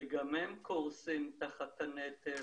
שגם הם קורסים תחת הנטל.